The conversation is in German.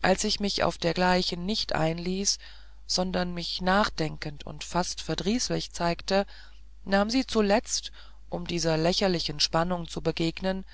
als ich mich auf dergleichen nicht einließ sondern mich nachdenkend und fast verdrießlich zeigte nahm sie zuletzt um dieser lächerlichen spannung zu begegnen